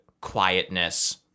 quietness